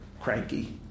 cranky